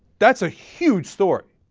that's a huge store